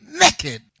naked